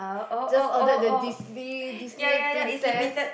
just ordered the Disney Disney princess